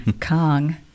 Kong